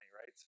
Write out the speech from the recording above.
right